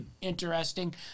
interesting